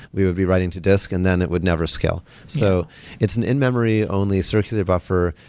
we would be writing to disk and then it would never scale. so it's an in-memory only circuited buffer.